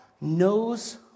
knows